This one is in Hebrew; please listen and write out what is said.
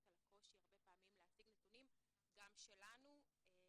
על הקושי הרבה פעמים להשיג נתונים גם שלנו על מסגרות,